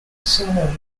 similar